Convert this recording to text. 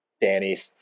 Danny